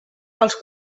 els